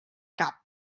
cap